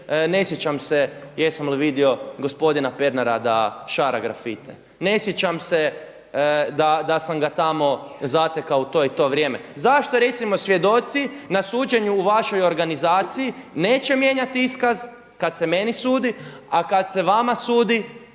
ne sjećam se jesam li vidio gospodina Pernara da šara grafite, ne sjećam se da sam ga tamo zatekao u to i to vrijeme. Zašto recimo svjedoci na suđenju u vašoj organizaciji neće mijenjati iskaz kada se meni sudi, a kada se vama sudi